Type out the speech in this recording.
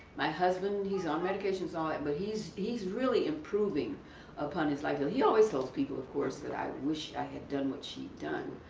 my husband he's on medication, so and but he's he's really improving upon his life. so he always tells people of course that i wish i had done what she's done.